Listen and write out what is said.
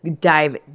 dive